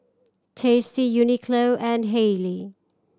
Tasty Uniqlo and Haylee